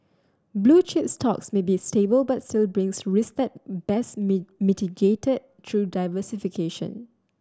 blue chip stocks may be stable but still brings risk that best mitigated through diversification